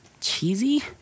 cheesy